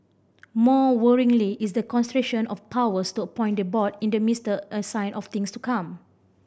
more worryingly is the concentration of powers to appoint the board in the minister a sign of things to come